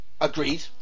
Agreed